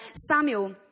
Samuel